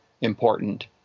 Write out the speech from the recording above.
important